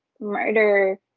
murder